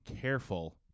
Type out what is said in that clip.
Careful